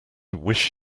wish